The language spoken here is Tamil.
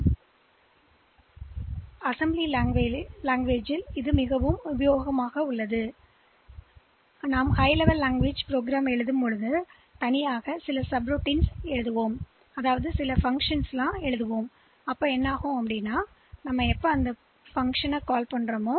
எனவே அது அசெம்பிளி மட்டத்தில் இருக்கலாம் அது சில உயர் மட்ட மொழியில் இருக்கலாம் அல்லது அது எதுவாக இருந்தாலும் நாங்கள் சில நடைமுறைகளை தனித்தனியாக எழுதுகிறோம் அல்லது துணை வழக்கம் சில நேரங்களில் அவைஎன்று அழைக்கப்படுகின்றன சப்ரூட்டீன்சில நேரங்களில் செயல்பாடுகள்